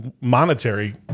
monetary